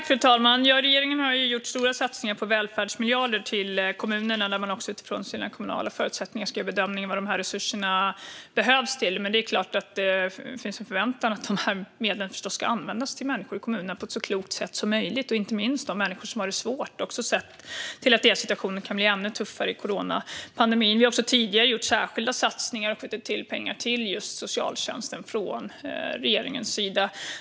Fru talman! Regeringen har gjort stora satsningar på välfärdsmiljarder till kommunerna, där man utifrån sina kommunala förutsättningar ska göra bedömningar av vad resurserna behövs till. Men det är klart att det finns en förväntan att medlen ska användas till människor i kommunerna på ett så klokt sätt som möjligt, inte minst till de människor som har det svårt, även sett till att deras situation kan bli ännu tuffare under coronapandemin. Vi har också tidigare gjort särskilda satsningar och skjutit till pengar till just socialtjänsten från regeringens sida.